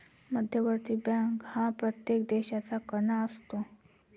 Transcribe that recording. मध्यवर्ती बँक हा प्रत्येक देशाचा कणा असतो